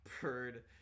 bird